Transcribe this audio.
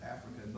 Africa